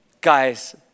guys